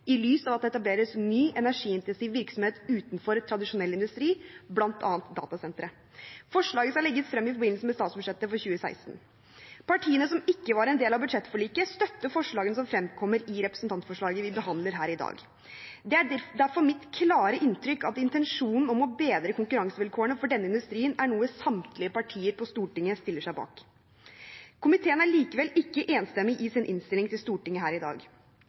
i lys av at det etableres ny, energiintensiv virksomhet utenfor tradisjonell industri, bl.a. datasentre. Forslaget skal legges frem i forbindelse med statsbudsjettet for 2016. Partiene som ikke var en del av budsjettforliket, støtter forslagene som fremkommer i representantforslaget vi behandler her i dag. Det er derfor mitt klare inntrykk at intensjonen om å bedre konkurransevilkårene for denne industrien er noe samtlige partier på Stortinget stiller seg bak. Komiteen er likevel ikke enstemmig i sin innstilling til Stortinget her i dag.